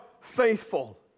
faithful